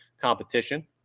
competition